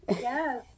Yes